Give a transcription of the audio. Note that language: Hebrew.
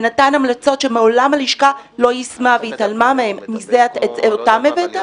ונתן המלצות שמעולם הלשכה לא יישמה והתעלמה מהן אותן הבאת?